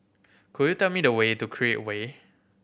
could you tell me the way to Create Way